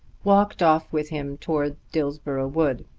walked off with him towards dillsborough wood.